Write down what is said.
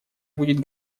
будет